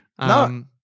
No